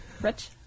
Rich